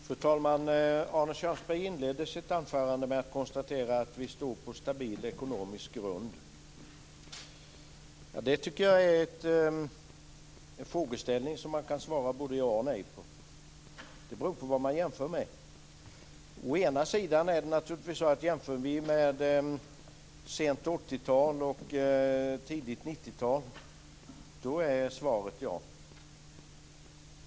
Fru talman! Arne Kjörnsberg inledde sitt anförande med att konstatera att vi står på stabil ekonomisk grund. Det tycker jag är en frågeställning som man kan svara både ja och nej på. Det beror på vad man jämför med. Å ena sidan är det naturligtvis så att jämför vi med sent 80-tal och tidigt 90-tal är svaret ja.